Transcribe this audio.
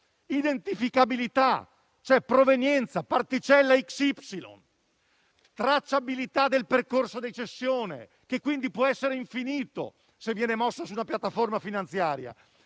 identificabilità, provenienza (particella X e Y), tracciabilità del percorso di cessione (che quindi può essere infinito, se viene mosso sulla piattaforma finanziaria)